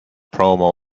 promo